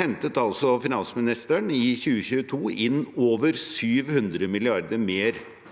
hentet altså finansministeren i 2022 inn over 700 mrd. kr mer